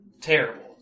terrible